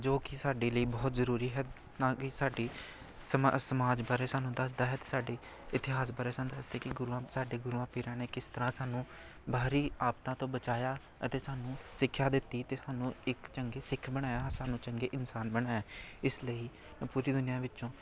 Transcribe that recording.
ਜੋ ਕਿ ਸਾਡੇ ਲਈ ਬਹੁਤ ਜ਼ਰੂਰੀ ਹੈ ਤਾਂ ਕਿ ਸਾਡੀ ਸਮਾ ਸਮਾਜ ਬਾਰੇ ਸਾਨੂੰ ਦੱਸਦਾ ਹੈ ਅਤੇ ਸਾਡੀ ਇਤਿਹਾਸ ਬਾਰੇ ਸਾਨੂੰ ਦੱਸਦੇ ਕਿ ਗੁਰੂਆਂ ਸਾਡੇ ਗੁਰੂਆਂ ਪੀਰਾਂ ਨੇ ਕਿਸ ਤਰ੍ਹਾਂ ਸਾਨੂੰ ਬਾਹਰੀ ਆਫਤਾਂ ਤੋਂ ਬਚਾਇਆ ਅਤੇ ਸਾਨੂੰ ਸਿੱਖਿਆ ਦਿੱਤੀ ਅਤੇ ਸਾਨੂੰ ਇੱਕ ਚੰਗੀ ਸਿੱਖ ਬਣਾਇਆ ਸਾਨੂੰ ਚੰਗੇ ਇਨਸਾਨ ਬਣਾਇਆ ਇਸ ਲਈ ਪੂਰੀ ਦੁਨੀਆਂ ਵਿੱਚੋਂ